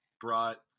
brought